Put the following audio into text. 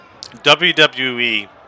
wwe